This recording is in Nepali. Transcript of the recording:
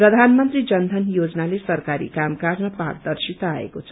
प्रधानमन्त्री जनयन योजनाले सरकारी कामकाजमा पारदर्शिता आएको छ